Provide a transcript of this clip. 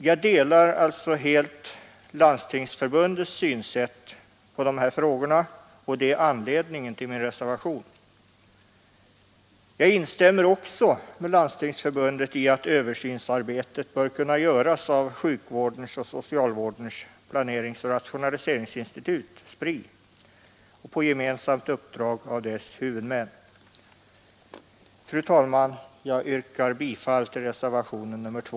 Jag delar alltså helt Landstingsförbundets synsätt i de här frågorna, och det är anledningen till min reservation. Jag instämmer också med Landstingsförbundet i att översynsarbetet bör kunna göras av sjukvårdens och socialvårdens planeringsoch rationaliseringsinstitut, SPRI, på gemensamt uppdrag av dess huvudmän. Fru talman! Jag yrkar bifall till reservationen 2.